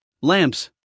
lamps